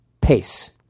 pace